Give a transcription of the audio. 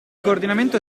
coordinamento